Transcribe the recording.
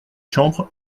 chambre